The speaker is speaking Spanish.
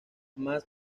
más